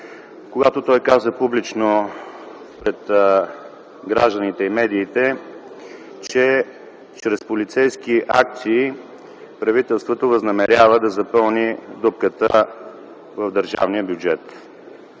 когато той каза публично пред гражданите и медиите, че чрез полицейски акции правителството възнамерява да запълни дупката в държавния бюджет.